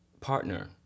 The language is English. partner